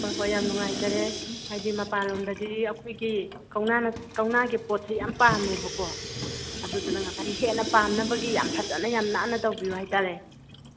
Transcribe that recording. ꯍꯣꯏ ꯍꯣꯏ ꯌꯥꯝ ꯅꯨꯉꯥꯏꯖꯔꯦ ꯍꯥꯏꯕꯗꯤ ꯃꯄꯥꯟ ꯂꯣꯝꯗꯗꯤ ꯑꯩꯈꯣꯏꯒꯤ ꯀꯧꯅꯥꯒꯤ ꯄꯣꯠꯁꯦ ꯌꯥꯝ ꯄꯥꯝꯃꯦꯕꯥꯀꯣ ꯑꯗꯨꯗꯨꯅ ꯉꯁꯥꯏꯒꯤ ꯍꯦꯟꯅ ꯄꯥꯝꯅꯕꯒꯤ ꯌꯥꯝ ꯐꯖꯅ ꯌꯥꯝ ꯅꯥꯟꯅ ꯇꯧꯕꯤꯌꯣ ꯍꯥꯏꯇꯥꯔꯦ